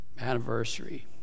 anniversary